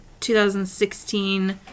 2016